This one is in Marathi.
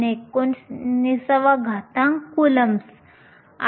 6 x 10 19 कुलम्बस आहे